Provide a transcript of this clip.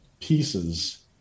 pieces